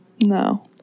No